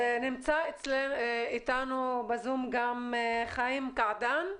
נמצא איתנו בזום גם חיאם קעאדן,